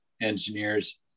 engineers